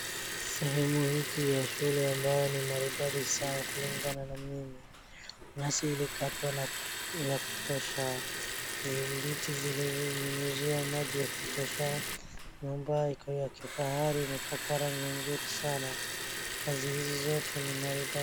Sehemu hiki ya shule ambayo ni maridadi sana kulingana na mimi. Nyasi ilikatwa na ya kutosha. Miti zilinyunyiziwa maji ya kutosha. Nyumba iko ya kifahari imepakwa rangi nzuri sana. Kazi hizi zote ni maridadi.